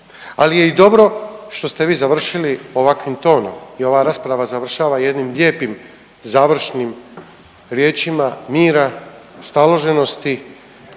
Ali je i dobro što ste vi završili ovakvim tonom i ova rasprava završava jednim lijepim završnim riječima mira, staloženosti,